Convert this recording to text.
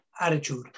attitude